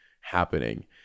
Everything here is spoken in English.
happening